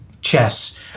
chess